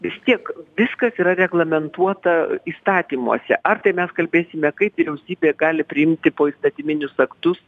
vis tiek viskas yra reglamentuota įstatymuose ar tai mes kalbėsime kaip vyriausybė gali priimti poįstatyminius aktus